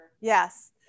Yes